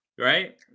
Right